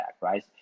right